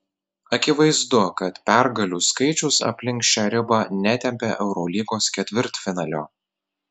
akivaizdu kad pergalių skaičius aplink šią ribą netempia eurolygos ketvirtfinalio